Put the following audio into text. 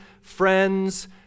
friends